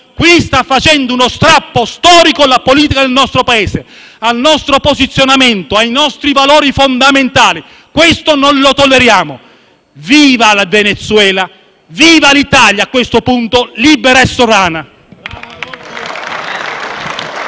Lei sta facendo uno strappo storico alla politica del nostro Paese, al nostro posizionamento, ai nostri valori fondamentali. Questo non lo tolleriamo. Viva il Venezuela, viva l'Italia, a questo punto libera e sovrana.